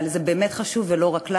אבל זה באמת חשוב, ולא רק לנו.